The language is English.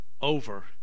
over